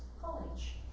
college